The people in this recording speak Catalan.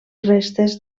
restes